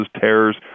terrors